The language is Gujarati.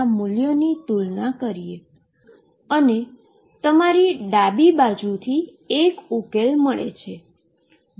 તો ચાલો આપણે એક ચિત્ર બનાવીએ અને તમારી પાસે ડાબી બાજુથી એક ઉકેલ આવે છે